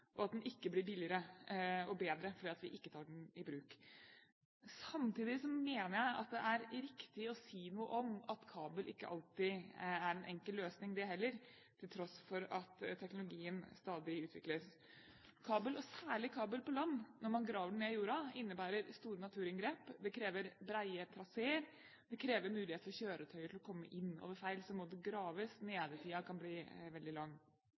og at den ikke blir billigere og bedre fordi vi ikke tar den i bruk. Samtidig mener jeg det er riktig å si noe om at kabel ikke alltid er en enkel løsning det heller, til tross for at teknologien stadig utvikles. Kabel, og særlig kabel på land, når man graver den ned i jorda, innebærer store naturinngrep. Det krever brede traseer, og det krever mulighet for kjøretøyer til å komme inn. Ved feil må det graves, og nedetiden kan bli veldig lang.